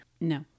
No